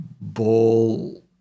ball